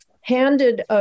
handed